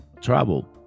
travel